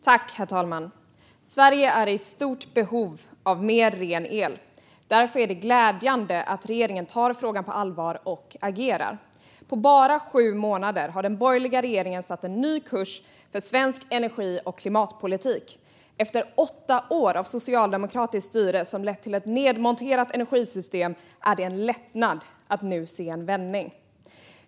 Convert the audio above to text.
Herr talman! Sverige är i stort behov av mer ren el. Därför är det glädjande att regeringen tar frågan på allvar och agerar. På bara sju månader har den borgerliga regeringen satt ny kurs för svensk energi och klimatpolitik. Efter åtta år av socialdemokratiskt styre som lett till ett nedmonterat energisystem är det en lättnad att se en vändning.